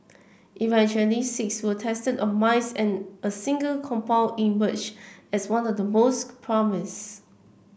eventually six were tested on mice and a single compound emerged as one with the most promise